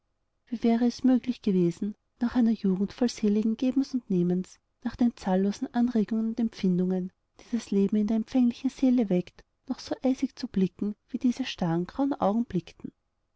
wie wäre es möglich gewesen nach einer jugend voll seligen gebens und nehmens nach den zahllosen anregungen und empfindungen die das leben in der empfänglichen seele weckt noch so eisig zu blicken wie diese starren grauen augen blickten